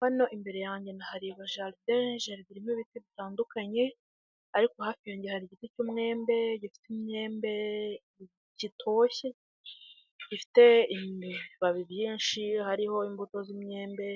Hano imbere yange ndahareba jaride irimo ibiti bitandukanye, ariko hafi yange hari igiti cy'umwembe gifite imyembe gitoshye, gifite ibibabi byinshi hariho imbuto z'imyembe,